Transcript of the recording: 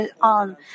on